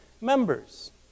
members